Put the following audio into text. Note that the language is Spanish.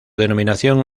denominación